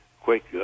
quick